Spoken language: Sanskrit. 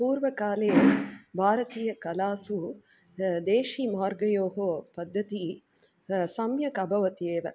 पूर्वकाले भारतीयकलासु देशिमार्गयोः पद्धतिः सम्यक् अभवत् एव